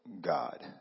God